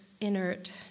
inert